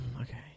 Okay